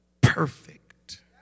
perfect